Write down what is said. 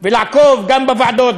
ולעקוב גם בוועדות,